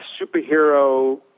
superhero